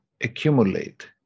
accumulate